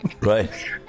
right